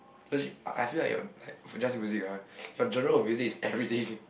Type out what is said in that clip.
legit I I feel like your like for just music right your genre of music is everything